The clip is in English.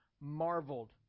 marveled